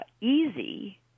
easy